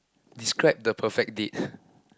describe the perfect date